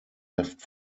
left